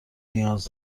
نیاز